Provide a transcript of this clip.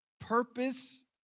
purpose